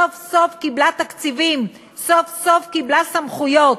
סוף-סוף קיבלה תקציבים, סוף-סוף קיבלה סמכויות.